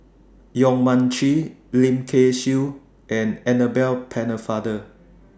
Yong Mun Chee Lim Kay Siu and Annabel Pennefather